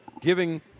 giving